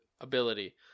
ability